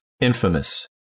infamous